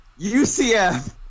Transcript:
UCF